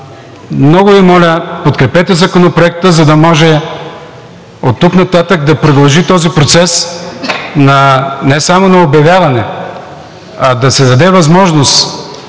Много Ви моля, подкрепете Законопроекта, за да може оттук нататък да продължи този процес не само на обявяване, а да се даде възможност